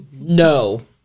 No